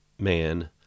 man